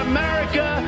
America